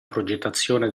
progettazione